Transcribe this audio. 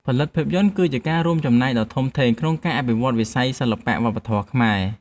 ផលិតភាពយន្តគឺជាការរួមចំណែកដ៏ធំធេងក្នុងការអភិវឌ្ឍន៍វិស័យសិល្បៈវប្បធម៌ខ្មែរ។